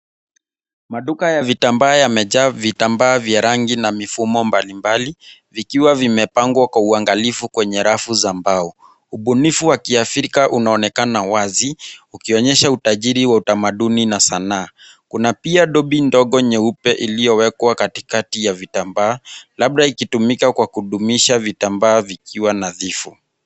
Maduka ya vitambaa yamejaa vitambaa vya rangi na mifumo mbalimbali vikiwa vimepangwa kwa uangalifu kwenye rafu za mbao. Ubunifu wa kiafrika unaonekana wazi ukionyesha utajiri wa utamaduni na sanaa. Kuna pia dobi ndogo nyeupe iliyowekwa katikati ya vitambaa labda ikitumika kwa kudumisha vitambaa vikiwa nadhifu.